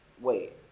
wait